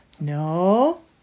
No